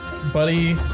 Buddy